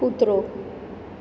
કૂતરો